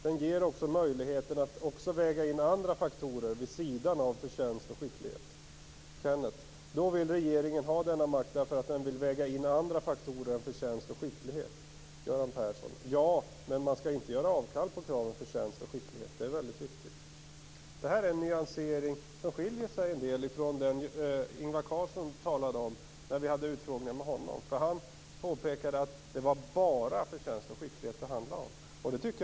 Den ger möjligheten att också väga in andra faktorer vid sidan av förtjänst och skicklighet. Kenneth Kvist: Då vill regeringen ha denna makt därför att den vill väga in andra faktorer än förtjänst och skicklighet? Göran Persson: Ja, men man skall inte göra avkall på kravet på förtjänst och skicklighet. Det är väldigt viktigt." Det här är en nyansering, som skiljer sig en del från det Ingvar Carlsson talade om när vi hade utfrågningar med honom. Han påpekade att det bara var förtjänst och skicklighet som det handlade om.